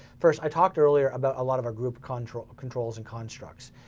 first i talked earlier about a lot of our group controls controls and constructs.